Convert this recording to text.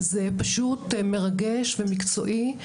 זה פשוט מרגש ומקצועי.